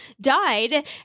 died